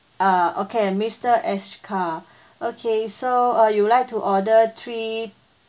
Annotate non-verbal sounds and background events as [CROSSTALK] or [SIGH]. uh okay mister Ashkar [BREATH] okay so uh you like to order three